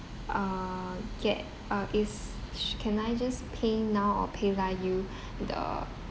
uh get uh is sh~ can I just PayNow or PayLah you the